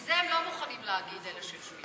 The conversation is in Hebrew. כי זה הם לא מוכנים להגיד, אלה שיושבים שם.